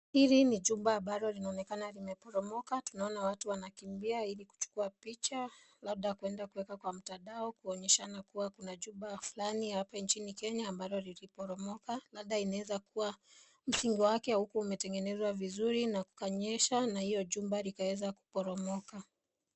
Hili ni jumba ambalo linaonekana limeporomoka, tunaona watu wanakimbia ili kuchukua picha labda kuenda kuweka kwa mtandao kuonyeshana kuwa kuna jumba fulani hapa nchini kenya ambalo liliporomoka, labda inaweza kuwa msingi wake haikuwa imetengenezwa vizuri na kukanyesha na iyo jumba ikaweza kuporomoka.